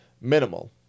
minimal